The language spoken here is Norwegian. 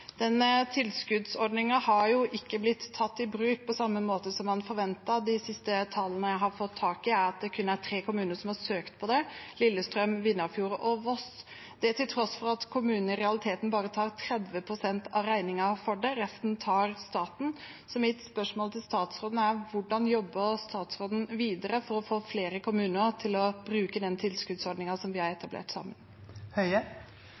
ikke blitt tatt i bruk på samme måte som man forventet. De siste tallene jeg har fått tak i, er at det kun er tre kommuner som har søkt på det, Lillestrøm, Vindafjord og Voss, og det til tross for at kommunene i realiteten bare tar 30 pst. av regningen for det, resten tar staten. Mitt spørsmål til statsråden er: Hvordan jobber statsråden videre for å få flere kommuner til å bruke den tilskuddsordningen vi har